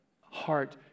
heart